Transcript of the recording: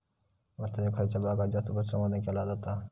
भारताच्या खयच्या भागात जास्त पशुसंवर्धन केला जाता?